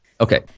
Okay